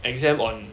exam on